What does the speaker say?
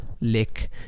lick